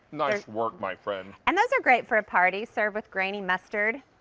nice work, my friend. and those are great for a party served with grainy mustard.